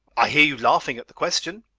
i hear you laughing at the question.